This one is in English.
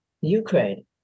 Ukraine